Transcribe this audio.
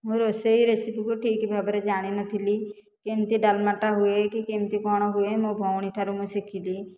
ମୁଁ ରୋଷେଇ ରେସିପିକୁ ଠିକ ଭାବରେ ଜାଣିନଥିଲି କେମତି ଡାଲମାଟା ହୁଏ କି କେମିତି କଣ ହୁଏ ମୋ ଭଉଣୀଠାରୁ ମୁଁ ଶିଖିଲି